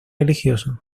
religioso